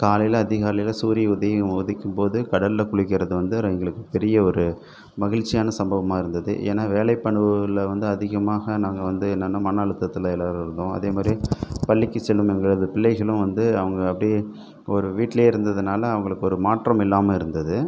காலையில் அதிகாலையில் சூரிய உதியும் உதிக்கும் போது கடலில் குளிக்கிறது வந்து எங்களுக்கு பெரிய ஒரு மகிழ்ச்சியான சம்பவமாக இருந்தது ஏன்னா வேலை பணிகளில் வந்து அதிகமாக நாங்கள் வந்து என்னான்னா மன அழுத்தத்தில் நிலையில் இருந்தோம் அதே மாதிரி பள்ளிக்கு செல்லும் எங்களது பிள்ளைகளும் வந்து அவங்க அப்படியே ஒரு வீட்டிலயே இருந்ததுனால் அவங்களுக்கு ஒரு மாற்றம் இல்லாமல் இருந்தது